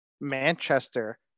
Manchester